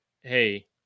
hey